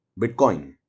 Bitcoin